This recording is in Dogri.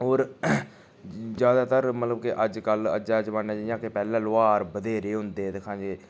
होर ज्यादातर मतलब कि अज्जकल अज्जै दे जमानै च जियां कि पैह्ले लौहार बधेरे होंदे हे दिक्खां जे